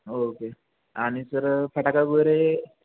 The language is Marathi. ओके आणि सर फटाका वगैरे